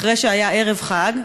אחרי שהיה ערב חג,